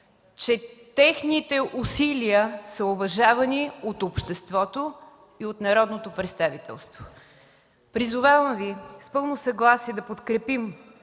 че техните усилия са уважавани от обществото и от народното представителство. Призовавам Ви с пълно съгласие да подкрепим